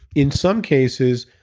in some cases,